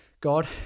God